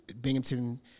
Binghamton